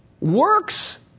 Works